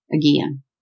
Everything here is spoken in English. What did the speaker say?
again